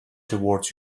toward